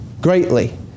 greatly